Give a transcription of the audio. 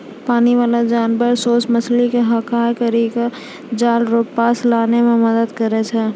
पानी बाला जानवर सोस मछली के हड़काय करी के जाल रो पास लानै मे मदद करै छै